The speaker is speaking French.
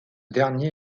dernier